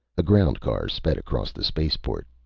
a ground car sped across the spaceport.